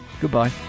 Goodbye